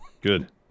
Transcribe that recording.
Good